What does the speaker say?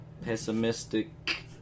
pessimistic